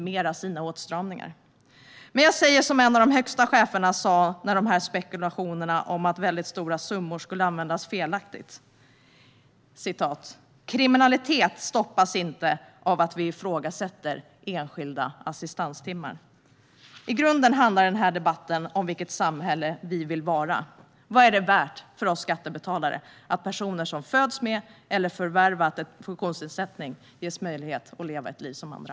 Men jag säger som en av de högsta cheferna sa med anledning av spekulationerna om att väldigt stora summor skulle användas felaktigt: "Kriminaliteten stoppas inte av att vi ifrågasätter enskilda assistanstimmar." I grunden handlar den här debatten om vilket samhälle vi vill vara. Vad är det värt för oss skattebetalare att personer som föds med eller har förvärvat en funktionsnedsättning ges möjlighet att leva ett liv som andra?